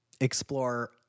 explore